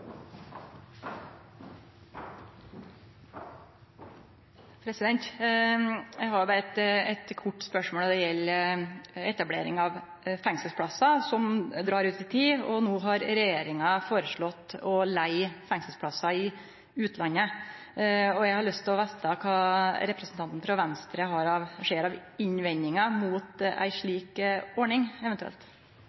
Eg har berre eit kort spørsmål. Det gjeld etablering av fengselsplassar, som drar ut i tid. No har regjeringa foreslått å leige fengselsplassar i utlandet. Eg har lyst til å få vete kva representanten frå Venstre